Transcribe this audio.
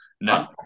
No